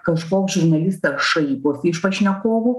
kažkoks žurnalistas šaiposi iš pašnekovų